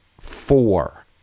four